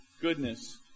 goodness